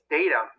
data